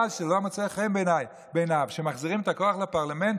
שלא מצא חן בעיניו שמחזירים את הכוח לפרלמנט,